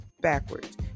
backwards